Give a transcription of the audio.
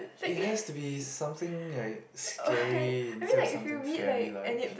it has to be something like scary instead of something fairy right